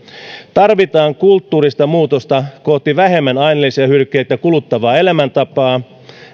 tarvitaan kulttuurista muutosta kohti vähemmän aineellisia hyödykkeitä kuluttavaa elämäntapaa